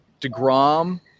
DeGrom